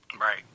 Right